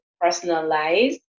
personalized